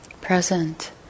present